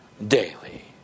daily